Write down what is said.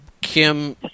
Kim